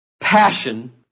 Passion